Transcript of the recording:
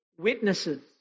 witnesses